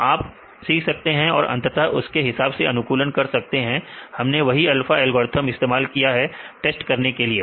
तो आप सीख सकते हैं और अंततः उसके हिसाब से अनुकूलन कर सकते हैं हमने वही अल्फा एल्गोरिथ्म इस्तेमाल किया है टेस्ट करने के लिए